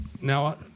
Now